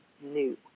new